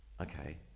okay